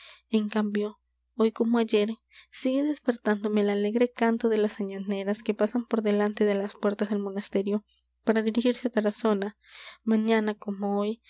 en cambio hoy como ayer sigue despertándome el alegre canto de las añoneras que pasan por delante de las puertas del monasterio para dirigirse á tarazona mañana como hoy